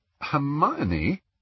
Hermione